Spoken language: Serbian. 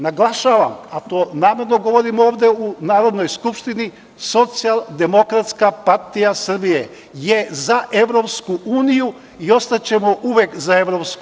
Naglašavam, a to namerno govorim ovde u Narodnoj skupštini, Socijaldemokratska partija Srbije je za EU i ostaćemo uvek za EU.